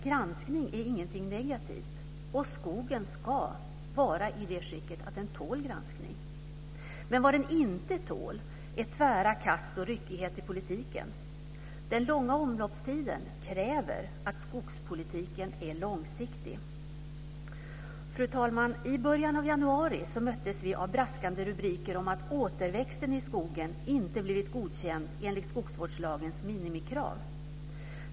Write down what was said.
Granskning är ingenting negativt, och skogen ska vara i det skicket att den tål granskning. Vad den inte tål är tvära kast och ryckighet i politiken. Den långa omloppstiden kräver att skogspolitiken är långsiktig. Fru talman! I början av januari möttes vi av braskande rubriker om att återväxten i skogen inte blivit godkänd enligt skogsvårdslagens minimikrav.